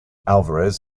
alvarez